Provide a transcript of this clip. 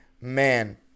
man